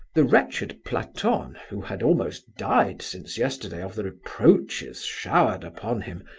the wretched platon, who had almost died since yesterday of the reproaches showered upon him,